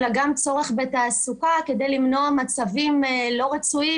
אלא גם צורך בתעסוקה כדי למנוע מצבים לא רצויים